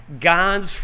God's